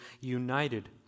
united